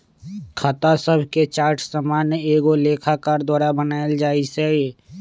खता शभके चार्ट सामान्य एगो लेखाकार द्वारा बनायल जाइ छइ